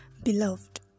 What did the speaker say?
Beloved